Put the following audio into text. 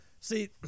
see